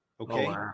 Okay